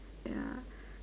ya